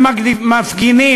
הם מפגינים,